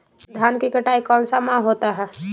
धान की कटाई कौन सा माह होता है?